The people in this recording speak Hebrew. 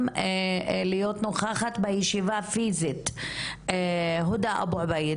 להיות נוכחת בישיבה פיזית הודא אבו-עבייד.